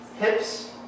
hips